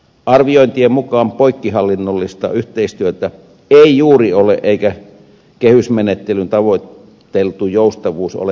arviointien mukaan poikkihallinnollista yhteistyötä ei juuri ole eikä kehysmenettelyn tavoiteltu joustavuus ole toteutunut